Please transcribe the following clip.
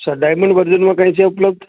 અચ્છા ડાઇમંડ વર્ઝનમાં છે કઈ ઉપલબ્ધ